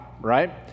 right